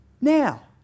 now